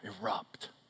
erupt